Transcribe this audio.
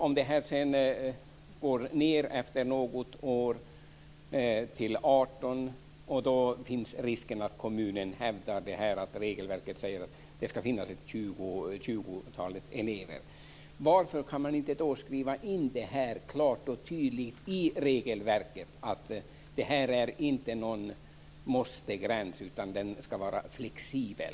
Om antalet går ned efter något år till 18 finns risken att kommunen hävdar att det enligt regelverket ska finnas 20 elever. Varför kan man då inte skriva in detta klart och tydligt i regelverket, att gränsen ska vara flexibel?